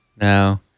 No